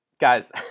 guys